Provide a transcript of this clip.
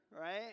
right